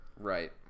right